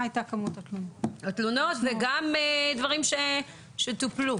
מה הייתה כמות התלונות, ומהם הדברים שטופלו?